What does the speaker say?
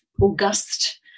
august